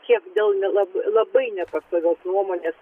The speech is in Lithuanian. kiek dėl nelab labai nepastovios nuomonės